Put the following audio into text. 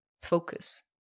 focus